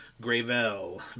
Gravel